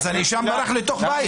הוא ברח לתוך בית,